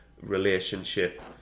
relationship